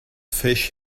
fish